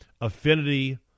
affinity